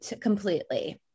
completely